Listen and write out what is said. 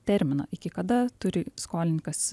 terminą iki kada turi skolininkas